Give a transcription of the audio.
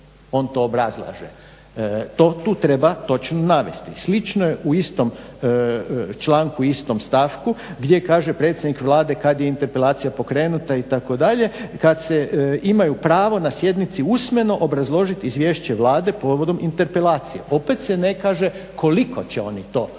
on to obrazlaže. Tu treba točno navesti. Slično je u istom članku, istom stavku gdje kaže predsjednik Vlade kad je interpelacija pokrenuta itd., kad imaju pravo na sjednici usmeno obrazložit izvješće Vlade povodom interpelacije. Opet se ne kaže koliko će oni to obrazlagati,